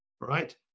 right